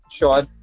sure